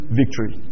victory